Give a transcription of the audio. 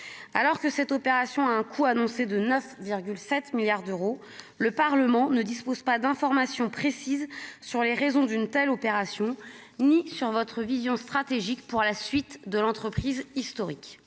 alors que cette opération a un coût annoncé de 9 7 milliards d'euros, le Parlement ne dispose pas d'informations précises sur les raisons d'une telle opération ni sur votre vision stratégique pour la suite de l'entreprise historique,